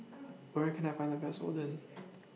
Where Can I Find The Best Oden